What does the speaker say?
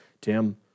Tim